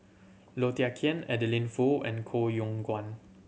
Low Thia Khiang Adeline Foo and Koh Yong Guan